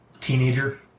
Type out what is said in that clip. teenager